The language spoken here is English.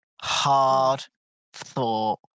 hard-thought